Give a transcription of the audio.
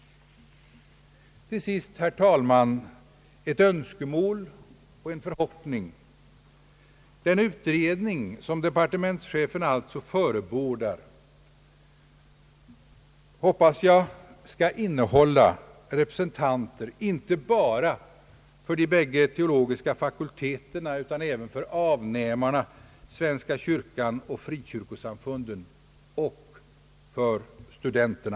Till sist, herr talman, ett önskemål och en förhoppning. Den utredning som departementschefen alltså förebådar hoppas jag skall innehålla representanter inte bara för de bägge teologiska fakulteterna utan även för avnämarna — svenska kyrkan och frikyrkosamfunden — och för studenterna.